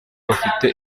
bafite